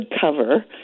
cover